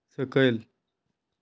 सकयल